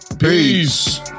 Peace